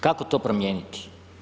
Kako to promijeniti?